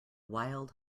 wild